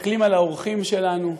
שמסתכלים על האורחים שלנו.